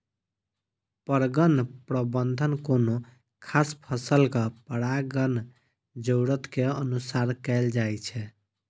परगण प्रबंधन कोनो खास फसलक परागण जरूरत के अनुसार कैल जाइ छै